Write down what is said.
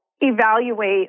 evaluate